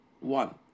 one